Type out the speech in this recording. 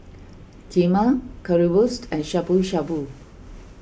Kheema Currywurst and Shabu Shabu